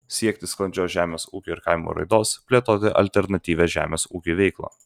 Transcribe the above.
siekti sklandžios žemės ūkio ir kaimo raidos plėtoti alternatyvią žemės ūkiui veiklą